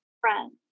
friends